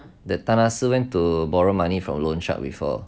the tan ah si went to borrow money from loan sharks before